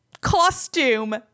costume